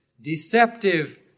deceptive